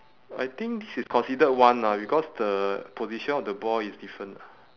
I think this is considered one ah because the position of the ball is different ah